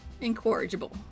incorrigible